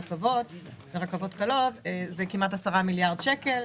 רכבות ורכבות קלות - של כמעט 10 מיליארד שקל.